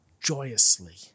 joyously